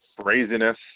craziness